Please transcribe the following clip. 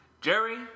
Jerry